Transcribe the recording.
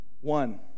one